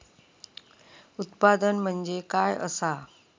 उत्पादन म्हणजे काय असा?